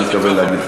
אתה מתכוון להגיד,